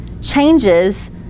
changes